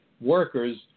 workers